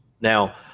Now